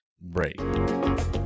break